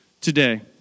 today